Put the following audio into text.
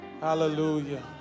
Hallelujah